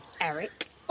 Eric